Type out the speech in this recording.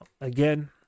again